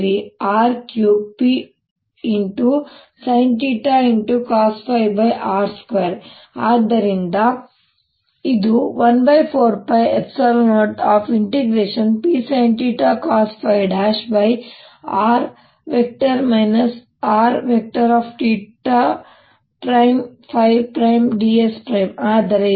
rr214π04π3R3Psinθcosϕr2 ಆದರೆ ಇದು 14π0Psincosϕ|r R|ds ಆದರೆ